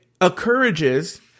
encourages